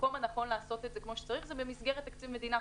המקום הנכון לעשות את זה כמו שצריך זה במסגרת תקציב מדינה.